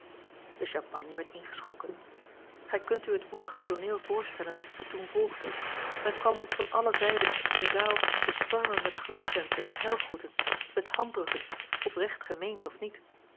de champagne werd ingeschonken gij kunt u het woelige tooneel voorstellen dat toen volgde men kwam ons van alle zijden der zaal bestormen met gelukwenschen en heilgroeten met handdrukken oprecht gemeend of niet